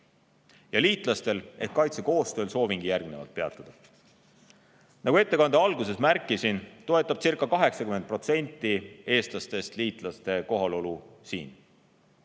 Ja liitlastel ehk kaitsekoostööl soovingi järgnevalt peatuda. Nagu ettekande alguses märkisin, toetabcirca80% eestlastest liitlaste kohalolu siin.